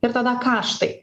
ir tada kaštai